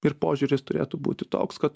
ir požiūris turėtų būti toks kad